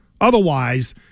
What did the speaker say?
Otherwise